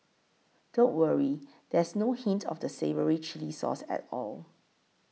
don't worry there's no hint of the savoury chilli sauce at all